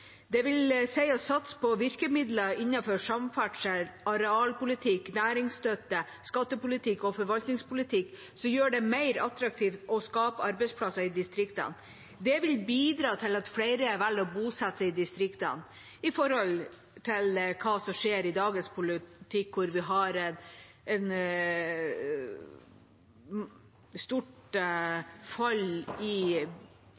å satse på virkemidler innenfor samferdsel, arealpolitikk, næringsstøtte, skattepolitikk og forvaltningspolitikk som gjør det mer attraktivt å skape arbeidsplasser i distriktene. Det vil bidra til at flere velger å bosette seg i distriktene, i forhold til hva som skjer i dagens politikk, der vi har et stort